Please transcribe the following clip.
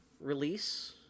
release